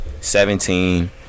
seventeen